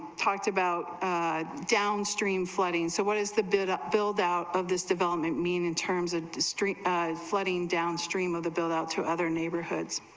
talked about that ah downstream flooding so what is the bid at buildout of this development mean in terms of the street of flooding downstream of the bill out to other neighborhoods